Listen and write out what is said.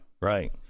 right